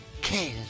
kill